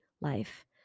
life